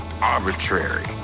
arbitrary